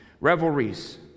Revelries